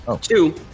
Two